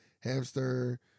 Hamster